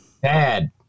Bad